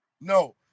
No